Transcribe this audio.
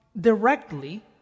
directly